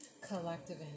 collective